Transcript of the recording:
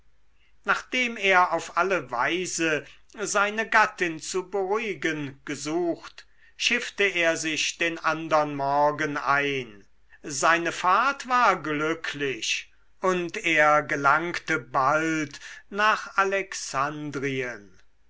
nachdem er auf alle weise seine gattin zu beruhigen gesucht schiffte er sich den andern morgen ein seine fahrt war glücklich und er gelangte bald nach alexandrien